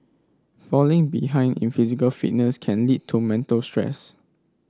falling behind in physical fitness can lead to mental stress